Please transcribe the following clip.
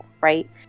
right